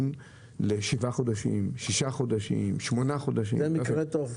להמתין שישה-שמונה חודשים --- זה במקרה הטוב.